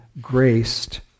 graced